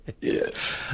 yes